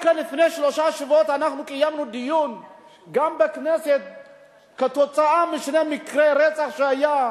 רק לפני שלושה שבועות קיימנו דיון גם בכנסת כתוצאה משני מקרי רצח שהיו,